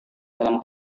dalam